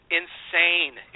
insane